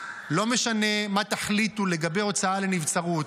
לא משנה מה תחליטו לגבי הוצאה לנבצרות,